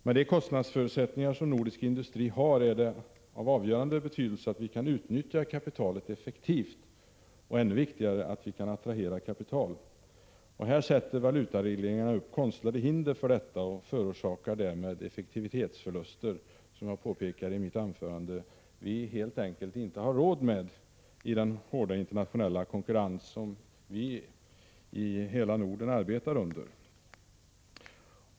Med de kostnadsförutsättningar som nordisk industri har är det av avgörande betydelse att vi kan utnyttja kapitalet effektivt och ännu viktigare att vi kan attrahera kapital. Valutaregleringarna sätter upp konstlade hinder för detta och förorsakar därmed effektivitetsförluster, som — jag påpekade det i mitt huvudanförande — vi helt enkelt inte har råd med i den hårda internationella konkurrens som vi i hela Norden arbetar under.